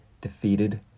defeated